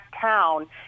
town